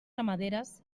ramaderes